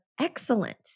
excellent